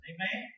Amen